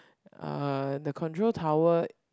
uh the control tower